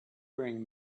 bring